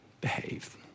behave